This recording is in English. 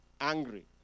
angry